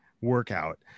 workout